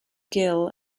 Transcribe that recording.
gil